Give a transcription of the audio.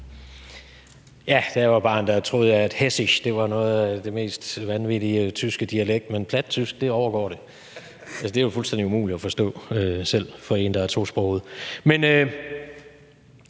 Da jeg var barn, troede jeg, at hessisch var en af de mest vanvittige tyske dialekter, men plattysk overgår det. Det er jo fuldstændig umuligt at forstå selv for en, der er tosproget.